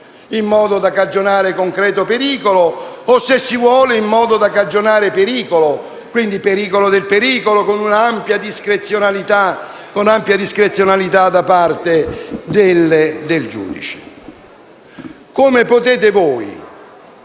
in modo da cagionare concreto pericolo o, se si vuole, in modo da cagionare pericolo, quindi parlando di pericolo del pericolo, con un'ampia discrezionalità da parte del giudice? Come potete voi